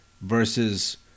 versus